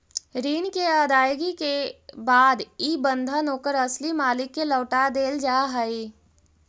ऋण के अदायगी के बाद इ बंधन ओकर असली मालिक के लौटा देल जा हई